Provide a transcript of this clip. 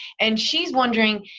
and she's wondering,